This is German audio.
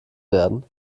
werden